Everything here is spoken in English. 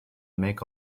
make